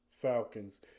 Falcons